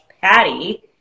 patty